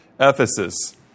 Ephesus